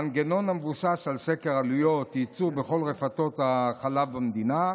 מנגנון המבוסס על סקר עלויות ייצור בכל רפתות החלב במדינה,